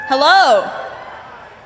Hello